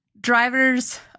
driver's